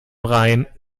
rhein